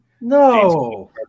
no